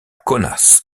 kaunas